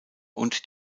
und